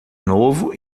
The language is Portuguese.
novo